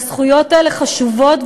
והזכויות האלה חשובות,